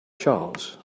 charles